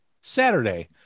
Saturday